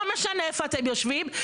לא משנה איפה אתם יושבים,